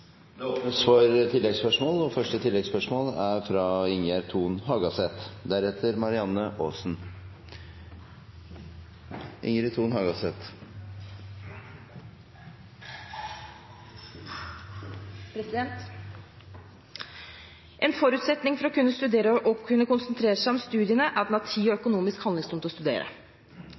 Ingjerd Thon Hagaseth. En forutsetning for å kunne studere og konsentrere seg om studiene, er at man har tid og økonomisk handlingsrom til å studere.